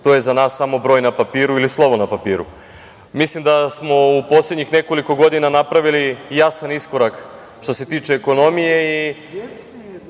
to je za nas samo broj na papiru ili slovo na papiru. Mislim da smo u poslednjih nekoliko godina napravili jasan iskorak što se tiče ekonomije